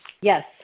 Yes